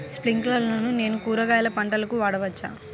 స్ప్రింక్లర్లను నేను కూరగాయల పంటలకు వాడవచ్చా?